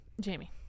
Jamie